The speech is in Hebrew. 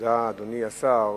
אדוני השר,